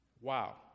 Wow